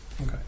Okay